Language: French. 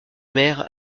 mère